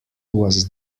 was